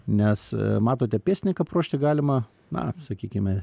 nes matote pėstininką paruošti galima na sakykime